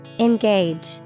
Engage